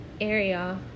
area